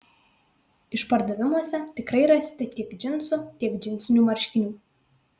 išpardavimuose tikrai rasite tiek džinsų tiek džinsinių marškinių